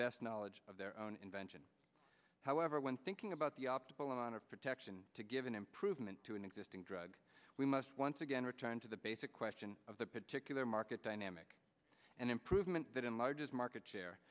best knowledge of their own invention however when thinking about the optimal amount of protection to give an improvement to an existing drug we must once again return to the basic question of the particular market dynamic and improvement that enlarges market share